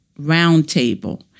roundtable